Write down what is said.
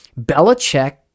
Belichick